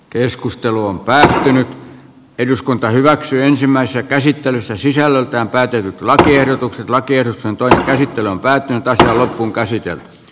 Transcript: keskusteluun pääsee nyt eduskunta hyväksyy ensimmäistä käsittelyssä sisällöltään täytyy laatia ehdotukset alakertaan toisen käsittelyn päättyy tältä sellainen toimi